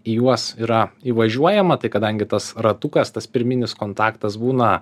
į juos yra įvažiuojama tai kadangi tas ratukas tas pirminis kontaktas būna